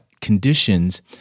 conditions